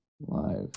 live